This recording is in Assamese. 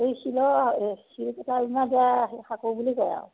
এই শিলৰ শিলকেইটা যেনিবা এতিয়া সাঁকো বুলি কয় আৰু